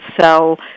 sell